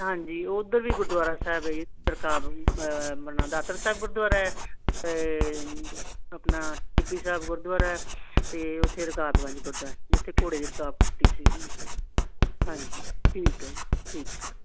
ਹਾਂਜੀ ਉੱਧਰ ਵੀ ਗੁਰਦੁਆਰਾ ਸਾਹਿਬ ਰਕਾਬ ਸਾਹਿਬ ਗੁਰਦੁਆਰਾ ਅਤੇ ਆਪਣਾ ਟਿੱਬੀ ਸਾਹਿਬ ਗੁਰਦੁਆਰਾ ਅਤੇ ਉੱਥੇ ਰਕਾਬ ਗੰਜ ਗੁਰਦੁਆਰਾ ਜਿੱਥੇ ਘੋੜੇ ਦੀ ਰਕਾਬ ਟੁੱਟੀ ਸੀਗੀ ਹਾਂਜੀ ਠੀਕ ਹੈ ਠੀਕ ਹੈ